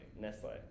nestle